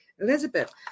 Elizabeth